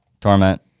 Torment